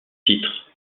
titre